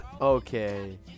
Okay